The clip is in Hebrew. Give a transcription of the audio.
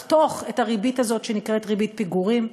לחתוך את הריבית הזאת שנקראת ריבית פיגורים,